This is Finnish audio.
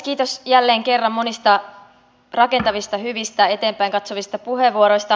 kiitos jälleen kerran monista rakentavista hyvistä eteenpäin katsovista puheenvuoroista